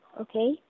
Okay